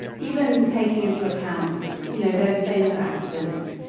even taking into account, you know, those famous accidents.